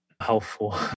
helpful